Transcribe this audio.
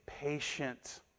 Patient